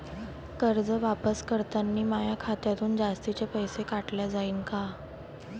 कर्ज वापस करतांनी माया खात्यातून जास्तीचे पैसे काटल्या जाईन का?